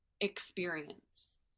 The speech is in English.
experience